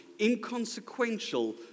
inconsequential